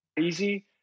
easy